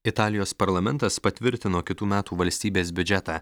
italijos parlamentas patvirtino kitų metų valstybės biudžetą